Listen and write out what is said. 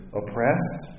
oppressed